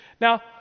Now